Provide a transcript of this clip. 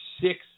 six